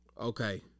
Okay